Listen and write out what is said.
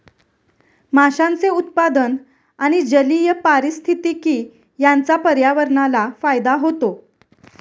माशांचे उत्पादन आणि जलीय पारिस्थितिकी यांचा पर्यावरणाला फायदा होतो